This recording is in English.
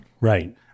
Right